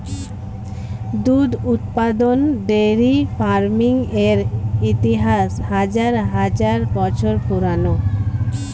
দুধ উৎপাদন dairy farming এর ইতিহাস হাজার হাজার বছর পুরানো